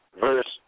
verse